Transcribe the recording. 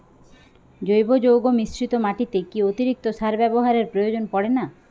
জৈব যৌগ মিশ্রিত মাটিতে কি অতিরিক্ত সার ব্যবহারের প্রয়োজন পড়ে না?